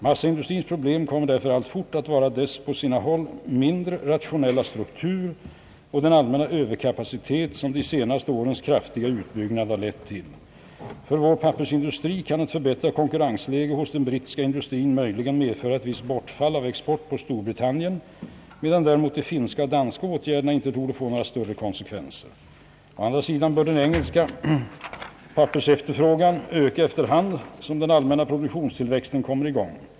Massaindustrins problem kommer därför alltfort att vara dess på sina håll mindre rationella struktur och den allmänna överkapacitet, som de senaste årens kraftiga utbyggnad lett till. För vår pappersindustri kan ett förbättrat konkurrensläge hos den brittiska industrin möjligen medföra ett visst bortfall av export på Storbritannien, medan däremot de finska och danska åtgärderna inte torde få några större konsekvenser. Å andra sidan bör den engelska pappersefterfrågan öka efter hand som den allmänna produktionstillväxten kommer i gång.